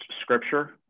scripture